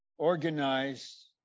organized